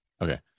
Okay